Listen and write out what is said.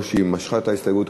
או שהיא משכה את ההסתייגות,